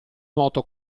nuoto